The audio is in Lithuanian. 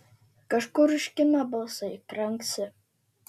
kažkur užkimę balsai kranksi